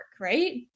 right